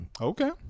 Okay